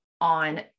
on